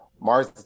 Mars